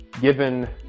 given